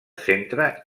centre